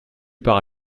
pars